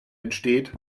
entsteht